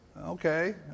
Okay